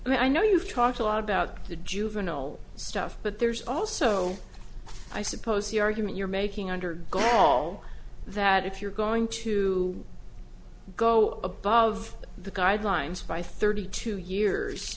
right and i know you've talked a lot about the juvenile stuff but there's also i suppose the argument you're making under god all that if you're going to go above the guidelines by thirty two years